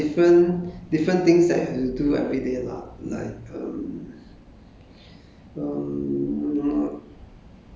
uh I actually I went to different places so they have like different different things that you do every day lah like um